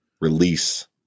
release